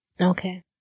Okay